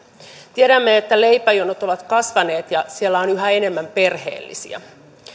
tiedämme että leipäjonot ovat kasvaneet ja siellä on yhä enemmän perheellisiä